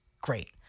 great